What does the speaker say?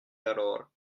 alors